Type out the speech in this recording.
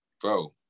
Bro